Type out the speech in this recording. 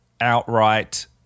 outright